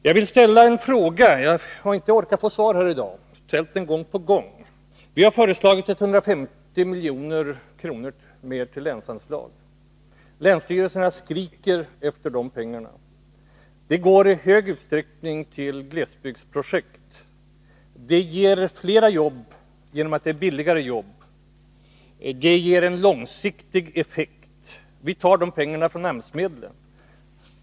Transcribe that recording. Jag vill upprepa den fråga som jag ännu inte har fått svar på, trots att jag ställt den gång på gång. Vi har föreslagit ytterligare 150 milj.kr. i länsanslag. Länsstyrelserna skriker efter de pengarna. De skall i stor utsträckning användas till glesbygdsprojekt. De ger flera jobb därför att det är ”billigare” jobb. Det ger en långsiktig effekt. Vi tar de pengarna från AMS-medlen.